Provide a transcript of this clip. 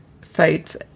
fights